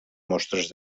mostres